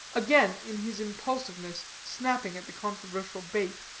again, in his impulsiveness, snapping at the controversial bait,